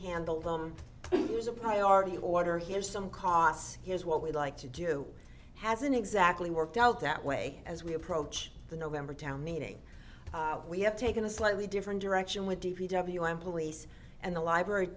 handle them here's a priority order here's some costs here's what we'd like to do hasn't exactly worked out that way as we approach the november town meeting we have taken a slightly different direction with d p w and police and the library